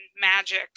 magic